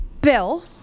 bill